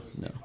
no